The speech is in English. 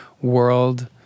world